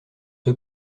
sur